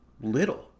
little